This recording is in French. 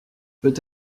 peut